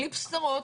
בלי בשורות,